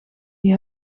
die